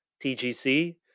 TGC